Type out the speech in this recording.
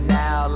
now